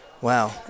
Wow